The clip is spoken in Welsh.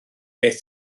beth